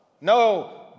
no